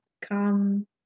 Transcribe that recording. come